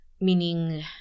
meaning